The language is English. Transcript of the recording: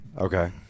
Okay